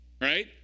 right